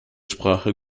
sprache